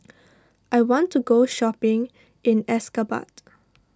I want to go shopping in Ashgabat